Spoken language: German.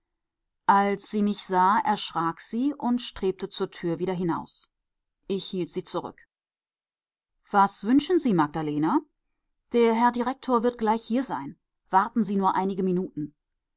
als sie mich sah erschrak sie und strebte zur tür wieder hinaus ich hielt sie zurück was wünschen sie magdalena der herr direktor wird gleich hier sein warten sie nur einige minuten